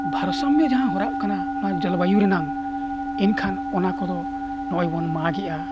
ᱵᱷᱟᱨᱥᱟᱢᱢᱚ ᱡᱟᱦᱟᱸ ᱦᱚᱨᱟᱜ ᱠᱟᱱᱟ ᱱᱚᱣᱟ ᱡᱚᱞᱵᱟᱭᱩ ᱨᱮᱱᱟᱜ ᱮᱱᱠᱷᱟᱱ ᱚᱱᱟ ᱠᱚᱫᱚ ᱱᱚᱜᱼᱚᱭ ᱵᱚᱱ ᱢᱟᱜᱽ ᱮᱫᱟ